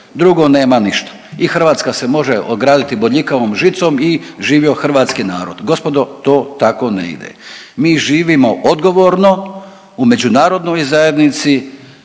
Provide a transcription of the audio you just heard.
drugo nema ništa i Hrvatska se može ograditi bodljikavom žicom i živio hrvatski narod. Gospodo to tako ne ide. Mi živimo odgovorno u međunarodnoj zajednici